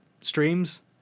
streams